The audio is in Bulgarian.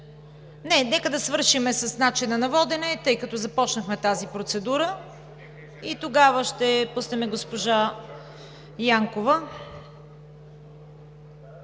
Не, нека да свършим с процедурата по начина на водене, тъй като започнахме тази процедура, и тогава ще пуснем госпожа Янкова.